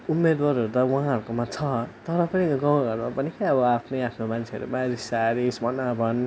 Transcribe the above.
उम्मेदवारहरू त उहाँहरूकोमा छ तर पनि गाउँ घरमा पनि कहाँ हो अब आफ्नो आफ्नो मान्छेहरूमा रिसारिस भनाभन